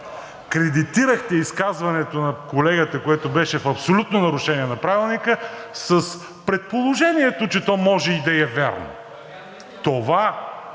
Кредитирахте изказването на колегата, което беше в абсолютно нарушение на Правилника, с предположението, че то може и да е вярно. Това Ваше